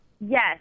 Yes